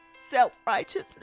self-righteousness